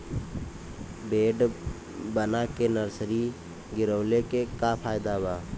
Bed बना के nursery गिरवले के का फायदा बा?